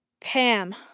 Pam